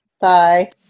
Bye